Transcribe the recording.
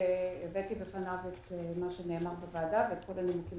והבאתי בפניו את מה שנאמר בוועדה ואת כל הנימוקים